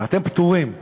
ואתם פטורים.